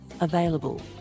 available